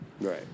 Right